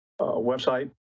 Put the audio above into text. website